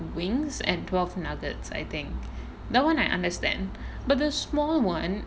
wings and twelve nuggets I think that [one] I understand but the small [one]